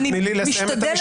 תני לי לסיים את המשפט.